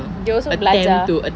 they also belajar